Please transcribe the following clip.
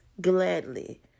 gladly